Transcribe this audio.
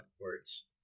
words